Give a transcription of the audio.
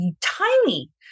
tiny